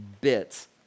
bits